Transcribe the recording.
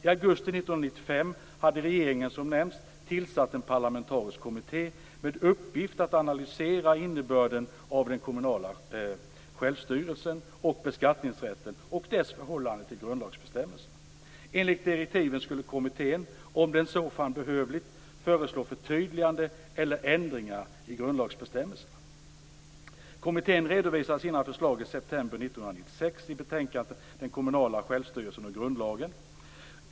I augusti 1995 hade regeringen, som nämnts, tillsatt en parlamentarisk kommitté med uppgift att analysera innebörden av den kommunala självstyrelsen och beskattningsrätten och dess förhållande till grundlagsbestämmelserna. Enligt direktiven skulle kommittén, om den så fann behövligt, föreslå förtydliganden eller ändringar i grundlagsbestämmelserna. Kommittén redovisade sina förslag i september 1996 i betänkandet Den kommunala självstyrelsen och grundlagen .